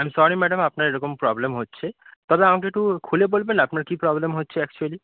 I am sorry madam আপনার এরকম problem হচ্ছে তবে আমাকে একটু খুলে বলবেন আপনার কী প্রবলেম হচ্ছে অ্যাকচুয়েলি